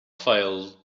file